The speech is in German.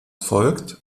folgt